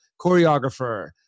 choreographer